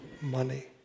money